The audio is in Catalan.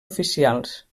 oficials